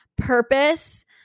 purpose